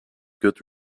good